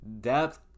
Depth